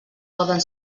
poden